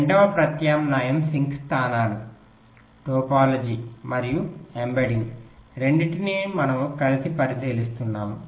రెండవ ప్రత్యామ్నాయం సింక్ స్థానాలు టోపాలజీ మరియు ఎంబెడ్డింగ్ రెండింటినీ మనము కలిసి పరిశీలిస్తున్నాము